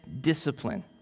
discipline